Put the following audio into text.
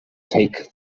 take